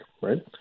right